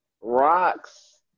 rocks